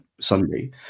sunday